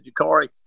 Jakari